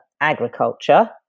agriculture